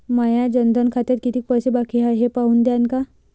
माया जनधन खात्यात कितीक पैसे बाकी हाय हे पाहून द्यान का?